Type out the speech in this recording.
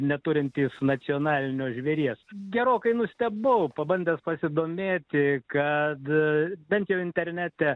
neturintys nacionalinio žvėries gerokai nustebau pabandęs pasidomėti kad bent jau internete